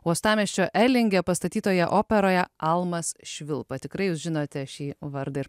uostamiesčio elinge pastatytoje operoje almas švilpa tikrai jūs žinote šį vardą ir